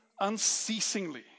unceasingly